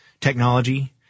technology